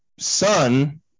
son